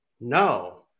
No